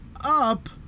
up